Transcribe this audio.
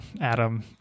adam